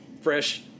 fresh